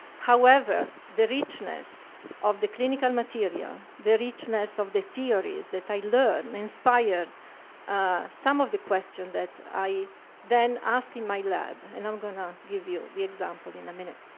however, the richness of the clinical material, yeah the richness of the theories that i learned, inspired ah some of the question that i then ask in my lab, and i'm gonna give you the example in a minute.